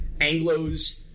Anglos